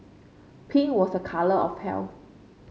pink was a colour of health